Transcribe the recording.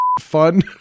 fun